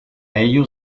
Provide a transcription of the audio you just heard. ello